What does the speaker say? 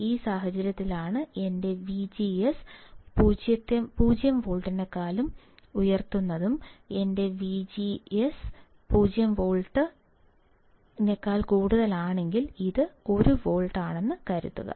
ഈ സാഹചര്യത്തിലാണ് എന്റെ വിജിഎസ് 0 വോൾട്ട് എന്റെ വിജിഎസ് 0 വോൾട്ട് എങ്കിൽ ഇത് 1 വോൾട്ട് ആണെന്ന് കരുതുക